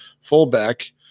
fullback